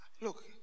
Look